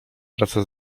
wraca